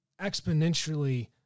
exponentially